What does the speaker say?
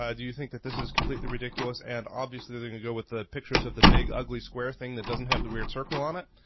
um do you think that this is completely ridiculous? and obviously they're gonna go with the pictures of the big ugly square thing that doesn't have the weird circle on it.